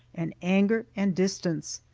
and anger, and distance.